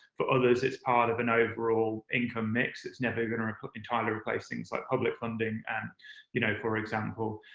for others, it's part of an overall income mix. it's never going to entirely replace things like public funding, and you know for example.